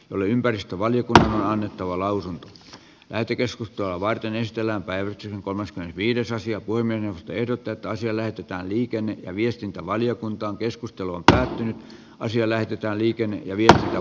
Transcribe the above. oli ympäristövaliokunta annettava lausunto jätekeskustaa varten esitellään päivikin kolmas ja viides asia voi mennä ehdotetaan siellä otetaan liikenne ja viestintävaliokunta on keskustelu on käynyt asia arvoisa herra puhemies